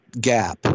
gap